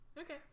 okay